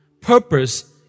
Purpose